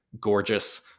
gorgeous